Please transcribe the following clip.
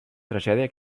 tragèdia